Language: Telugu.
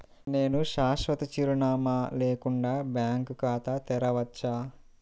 నేను శాశ్వత చిరునామా లేకుండా బ్యాంక్ ఖాతా తెరవచ్చా?